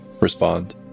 respond